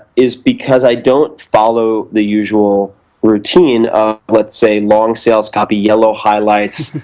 is because i don't follow the usual routine of, let's say, long sales copy, yellow highlights,